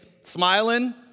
smiling